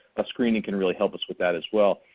a screening can really help us with that as well.